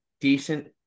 decent